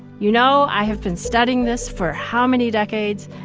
you know, i have been studying this for how many decades,